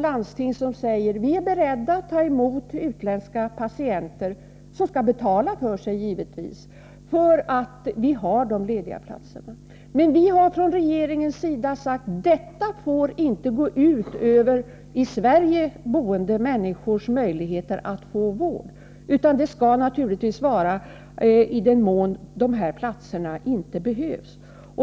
landsting gör rätt som säger: Vi är beredda att ta emot utländska patienter som — givetvis — betalar för sig, eftersom vi har lediga platser. Men vi har från regeringens sida sagt att detta inte får gå ut över i Sverige boende människors möjligheter att få vård, utan det skall naturligtvis ske i den mån det finns platser som inte behövs.